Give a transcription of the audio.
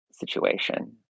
situation